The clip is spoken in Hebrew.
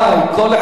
כל אחד ינמק.